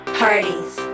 parties